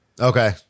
Okay